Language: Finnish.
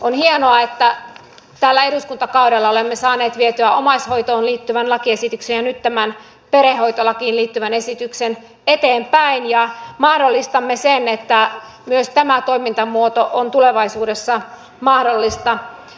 on hienoa että tällä eduskuntakaudella olemme saaneet vietyä omaishoitoon liittyvän lakiesityksen ja nyt tämän perhehoitolakiin liittyvän esityksen eteenpäin ja mahdollistamme sen että myös tämä toimintamuoto on tulevaisuudessa mahdollista